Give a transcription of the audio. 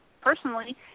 personally